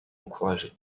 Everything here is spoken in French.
encouragée